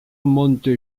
monte